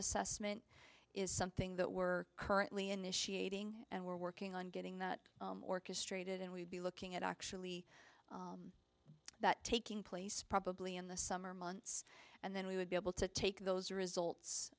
assessment is something that we're currently initiating and we're working on getting that orchestrated and we'll be looking at actually that taking place probably in the summer months and then we would be able to take those results